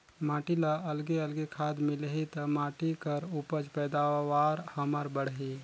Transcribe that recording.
माटी ल अलगे अलगे खाद मिलही त माटी कर उपज पैदावार हमर बड़ही